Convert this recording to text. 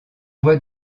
voie